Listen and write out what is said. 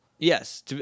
Yes